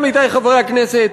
עמיתי חברי הכנסת,